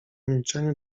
milczeniu